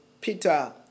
Peter